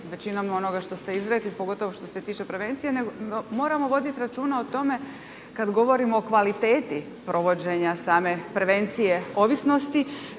većinom onoga što ste izrekli, pogotovo što se tiče prevencije. Nego, moramo voditi računa o tome kada govorimo o kvaliteti provođenja same prevencije ovisnosti,